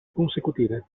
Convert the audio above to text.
consecutive